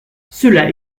cela